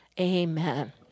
Amen